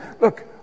look